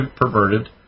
perverted